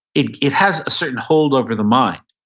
it it has a certain hold over the mind.